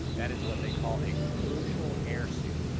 that is what they call a crucial air seal.